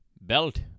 belt